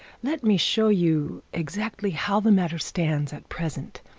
let me show you exactly how the matter stands at present.